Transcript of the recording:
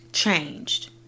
changed